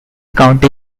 county